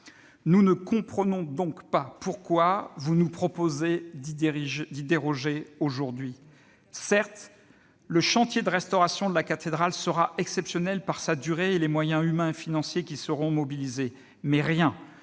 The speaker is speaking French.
Nous ne comprenons donc pas pourquoi vous nous proposez d'y déroger aujourd'hui. Certes, le chantier de restauration de la cathédrale sera exceptionnel par sa durée et les moyens humains et financiers qui seront mobilisés, mais rien